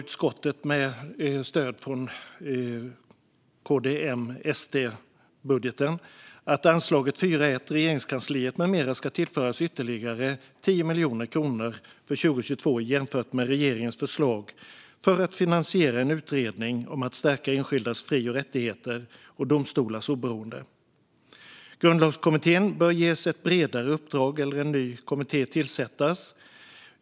Utskottet anser, med stöd från KD-M-SD-budgeten, att anslaget 4:1 Regeringskansliet m.m. ska tillföras ytterligare 10 miljoner kronor för 2022 jämfört med regeringens förslag, för att finansiera en utredning om att stärka enskildas fri och rättigheter och domstolars oberoende. Grundlagskommittén bör ges ett bredare uppdrag eller en ny kommitté tillsättas.